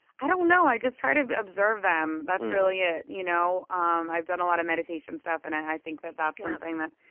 i don't know. i just try to observe them. that's really it. you know um i've done a lot of meditation stuff, and i think that that's something that,